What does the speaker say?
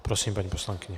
Prosím, paní poslankyně.